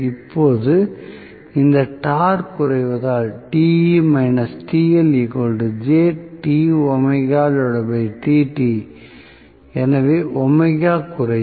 இப்போது இந்த டார்க் குறைவதால் எனவே குறையும்